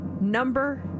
number